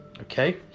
okay